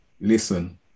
listen